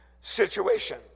situation